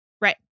Right